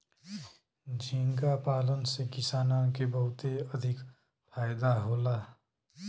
झींगा पालन से किसानन के बहुते अधिका फायदा होला